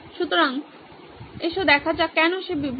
সুতরাং আসুন দেখা যাক কেন সে বিভ্রান্ত